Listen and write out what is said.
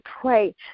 pray